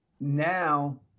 now